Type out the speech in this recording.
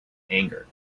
anger